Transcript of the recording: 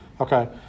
Okay